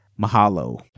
Mahalo